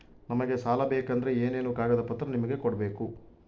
ನಮಗೆ ಸಾಲ ಬೇಕಂದ್ರೆ ಏನೇನು ಕಾಗದ ಪತ್ರ ನಿಮಗೆ ಕೊಡ್ಬೇಕು?